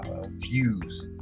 views